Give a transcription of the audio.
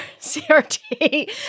CRT